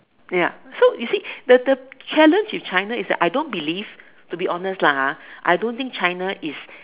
ya so you see the the challenge with China is I don't believe to be honest lah I don't think China is